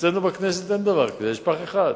אצלנו בכנסת אין דבר כזה, יש פח אחד.